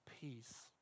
Peace